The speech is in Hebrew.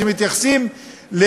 שמתייחסים,